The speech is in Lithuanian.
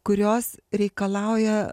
kurios reikalauja